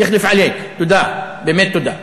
יחדת' עליכּ, תודה, באמת תודה.